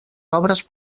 obres